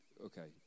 okay